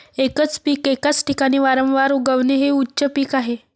एकच पीक एकाच ठिकाणी वारंवार उगवणे हे उच्च पीक आहे